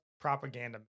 propaganda